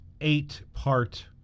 eight-part